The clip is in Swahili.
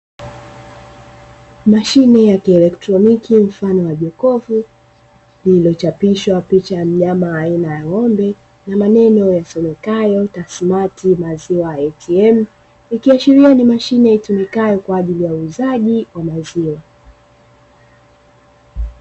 Mashine ya kielektroniki mfano wa jokofu iliyochapishwa picha ya mnyama aina ya ng'ombe na maneno yasomekayo "TASSMATT" maziwa "ATM", ikiashiria ni mashine itumikayo kwa ajili ya uuzaji wa maziwa.